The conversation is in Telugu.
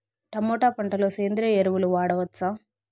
టమోటా పంట లో సేంద్రియ ఎరువులు వాడవచ్చా?